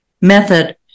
method